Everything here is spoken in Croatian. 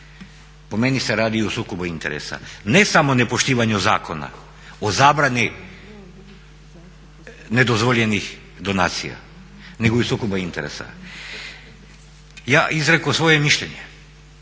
Po meni se radi o sukobu interesa. Ne samo nepoštivanju zakona, o zabrani nedozvoljenih donacije, nego i skupa interesa. Ja izrekao svoje mišljenje,